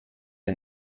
ein